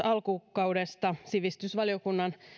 alkukaudesta sivistysvaliokunnan